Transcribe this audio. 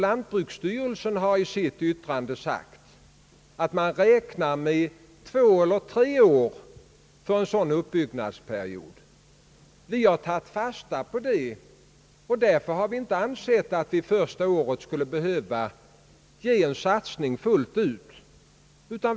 Lantbruksstyrelsen har i sitt yttrande sagt att man räknar med två eller tre år för en sådan uppbyggnadsperiod. Vi har tagit fasta på det, och därför har vi ansett att vi det första året inte skulle behöva satsa helt och fullt.